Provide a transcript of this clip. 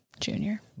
junior